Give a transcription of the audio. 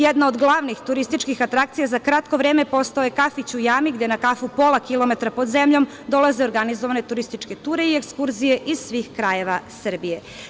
Jedna od glavnih turističkih atrakcija za kratko vreme postao je kafić u jami, gde na kafu pola kilometra pod zemljom dolaze organizovane turističke ture i ekskurzije iz svih krajeva Srbije.